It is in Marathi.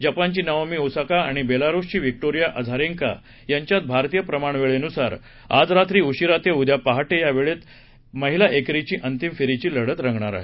जपानची नाओमी ओसाका आणि बेलारुसची व्हिक्टोरिया अझारेन्का यांच्यात भारतीय प्रमाणवेळेनुसार आज रात्री उशिरा ते उद्या पहाटे या वेळेत महिला एकेरीची अंतिम फेरीची लढत रंगणार आहे